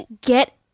get